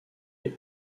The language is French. est